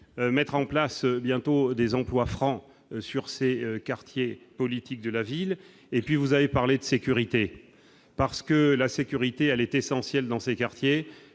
mettre en place bientôt des emplois francs sur ces quartiers, politique de la ville et puis vous avez parlé de sécurité parce que la sécurité à l'est essentiel dans ces quartiers,